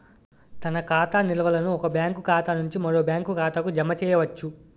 తన ఖాతా నిల్వలను ఒక బ్యాంకు ఖాతా నుంచి మరో బ్యాంక్ ఖాతాకు జమ చేయవచ్చు